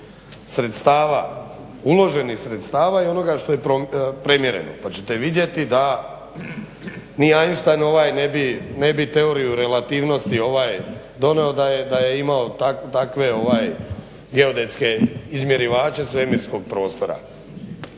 sredstava, uloženih sredstava i onoga što je premjereno pa ćete vidjeti ni Einstein ovaj ne bi teoriju relativnosti doveo da je imao takve geodetske izmjerivače svemirskog prostora.